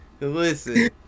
Listen